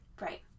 Right